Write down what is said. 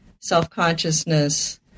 self-consciousness